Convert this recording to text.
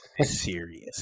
serious